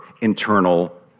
internal